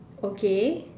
okay